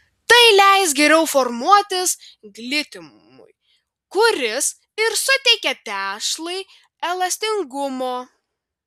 tai leis geriau formuotis glitimui kuris ir suteikia tešlai elastingumo